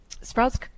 sprouts